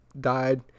died